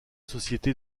société